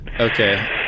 Okay